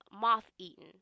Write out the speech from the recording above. moth-eaten